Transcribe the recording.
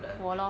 我 lor